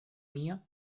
mia